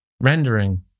rendering